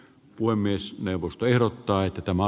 puhemiesneuvosto ehdottaa että tämä